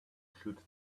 shoot